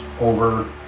over